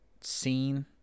scene